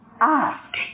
Ask